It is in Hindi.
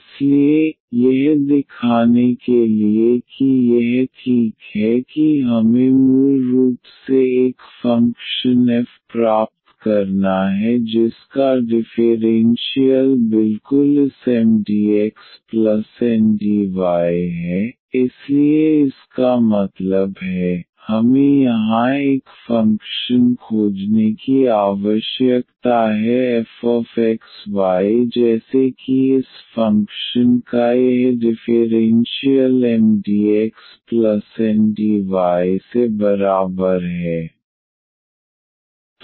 इसलिए यह दिखाने के लिए कि यह ठीक है कि हमें मूल रूप से एक फ़ंक्शन f प्राप्त करना है जिसका डिफ़ेरेन्शियल बिल्कुल इस MdxNdy है इसलिए इसका मतलब है हमें यहां एक फ़ंक्शन खोजने की आवश्यकता है fxy जैसे कि इस फ़ंक्शन का यह डिफ़ेरेन्शियल MdxNdyसे बराबर है